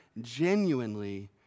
genuinely